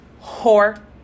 whore